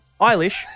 Eilish